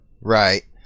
Right